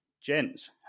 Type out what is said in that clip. Gents